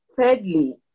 thirdly